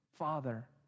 father